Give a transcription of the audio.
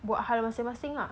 buat hal masing masing ah